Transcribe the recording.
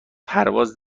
پرواز